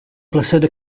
placenta